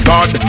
God